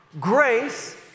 Grace